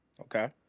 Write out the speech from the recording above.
okay